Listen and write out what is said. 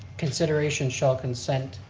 consideration shall consent,